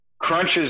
crunches